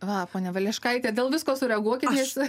va ponia valeškaitė dėl visko sureaguokit